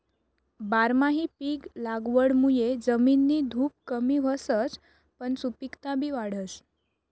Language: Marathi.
बारमाही पिक लागवडमुये जमिननी धुप कमी व्हसच पन सुपिकता बी वाढस